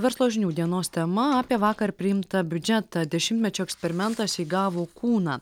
verslo žinių dienos tema apie vakar priimtą biudžetą dešimtmečio eksperimentas įgavo kūną